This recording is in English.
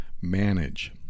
manage